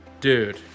Dude